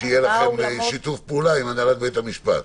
כשיהיה לכם שיתוף פעולה עם הנהלת בתי המשפט.